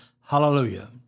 Hallelujah